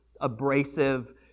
abrasive